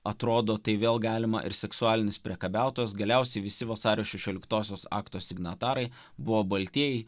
atrodo tai vėl galima ir seksualinis priekabiautojas galiausiai visi vasario šešioliktosios akto signatarai buvo baltieji